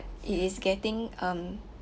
it is getting um